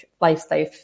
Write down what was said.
lifestyle